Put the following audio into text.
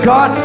God